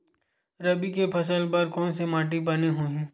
रबी के फसल बर कोन से माटी बने होही?